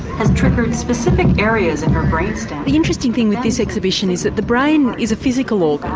has triggered specific areas in her brain stem. the interesting thing with this exhibition is that the brain is a physical organ,